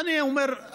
ואני אומר,